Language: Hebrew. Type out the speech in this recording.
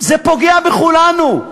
זה פוגע בכולנו.